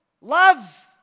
love